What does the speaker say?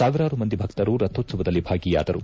ಸಾವಿರಾರು ಮಂದಿ ಭಕ್ತರು ರಥೋತ್ಲವದಲ್ಲಿ ಭಾಗಿಯಾದರು